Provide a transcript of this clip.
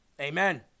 Amen